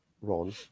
Ron